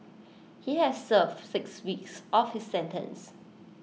he has served six weeks of his sentence